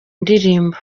ndirimbo